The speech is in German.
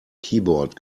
keyboard